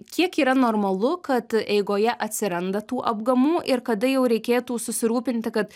kiek yra normalu kad eigoje atsiranda tų apgamų ir kada jau reikėtų susirūpinti kad